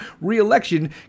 re-election